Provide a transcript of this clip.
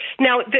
now